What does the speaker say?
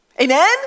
Amen